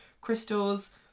Crystals